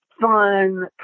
fun